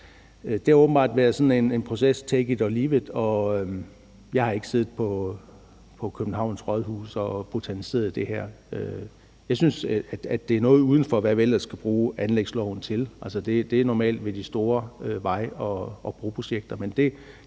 Det har åbenbart været sådan en proces med take it or leave it. Jeg har ikke siddet på Københavns Rådhus og botaniseret i det her. Jeg synes, at det er noget uden for, hvad vi ellers skal bruge anlægsloven til. Altså, det er normalt ved de store vej- og broprojekter.